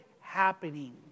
happening